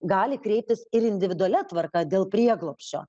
gali kreiptis ir individualia tvarka dėl prieglobsčio